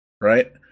Right